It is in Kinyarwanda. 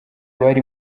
abari